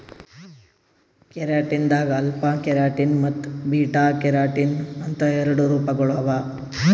keratin ದಾಗ್ alpha keratin ಮತ್ತ್ beta keratin ಅಂತ್ ಎರಡು ರೂಪಗೊಳ್ ಅವಾ